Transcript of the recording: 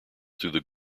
through